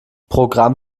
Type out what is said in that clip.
programm